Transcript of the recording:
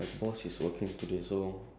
no but today is Friday